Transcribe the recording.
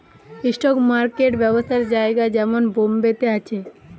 stock market ব্যবসার জায়গা যেমন বোম্বে তে আছে